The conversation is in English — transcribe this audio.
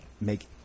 make